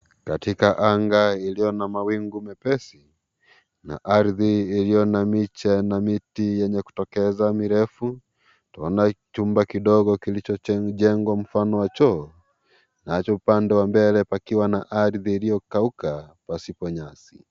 Katikati anga iliyo na mawingu mepesi na ardhi iliyo na miche na miti yenye kutokeza mirefu. Tunaona chumba kidogo kilichojengwa mfano wa choo. Nacho upande wa mbele pakiwa na ardhi iliyokauka pasipo nyasi.